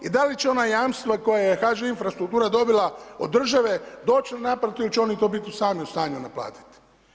I da li će ona jamstva koja je HŽ infrastruktura dobila od države doći na naplatu ili će oni biti u sami u stanju naplatiti.